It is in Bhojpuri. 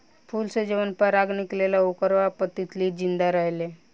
फूल से जवन पराग निकलेला ओकरे पर तितली जिंदा रहेले